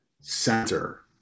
center